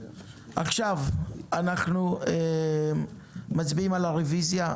אנחנו מצביעים על הרביזיה.